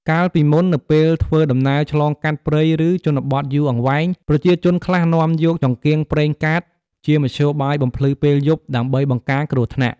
កាលពីមុន នៅពេលធ្វើដំណើរឆ្លងកាត់ព្រៃឬជនបទយូរអង្វែង ប្រជាជនខ្លះនាំយក ចង្កៀងប្រេងកាតជាមធ្យោបាយបំភ្លឺពេលយប់ ដើម្បីបង្ការគ្រោះថ្នាក់។